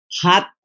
hot